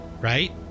right